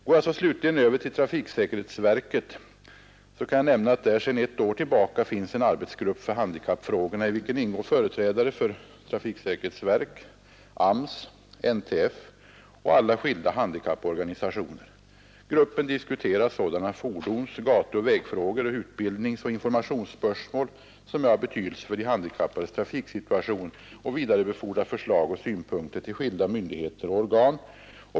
Går jag så slutligen över till trafiksäkerhetsverket kan jag nämna att där sedan ett år tillbaka finns en arbetsgrupp för handikappfrågorna, i vilken ingår företrädare för trafiksäkerhetsverket, AMS, NTF och alla de skilda handikapporganisationerna. Gruppen diskuterar sådana fordons-, gatuoch vägfrågor samt utbildningsoch informationsspörsmål, som är av betydelse för de handikappades trafiksituation, och vidarebefordrar förslag och synpunkter till skilda myndigheter och organ.